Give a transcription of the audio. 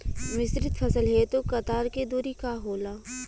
मिश्रित फसल हेतु कतार के दूरी का होला?